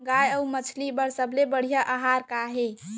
गाय अऊ मछली बर सबले बढ़िया आहार का हे?